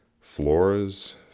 flora's